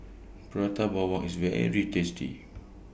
Prata Bawang IS very tasty